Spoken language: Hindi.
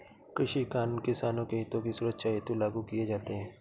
कृषि कानून किसानों के हितों की सुरक्षा हेतु लागू किए जाते हैं